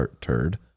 turd